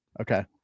Okay